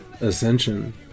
ascension